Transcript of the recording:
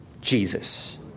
Jesus